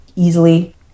easily